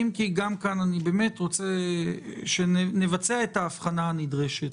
אם כי גם כאן אני מציע שנבצע את ההבחנה הנדרשת.